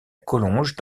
collonges